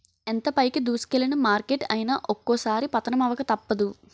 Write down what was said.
ఎంత పైకి దూసుకెల్లిన మార్కెట్ అయినా ఒక్కోసారి పతనమవక తప్పదు